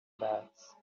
bags